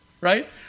right